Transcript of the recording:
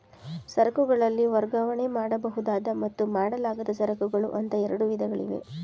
ಸರಕುಗಳಲ್ಲಿ ವರ್ಗಾವಣೆ ಮಾಡಬಹುದಾದ ಮತ್ತು ಮಾಡಲಾಗದ ಸರಕುಗಳು ಅಂತ ಎರಡು ವಿಧಗಳಿವೆ